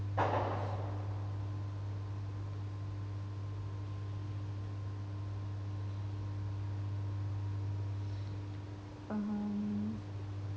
um